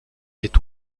est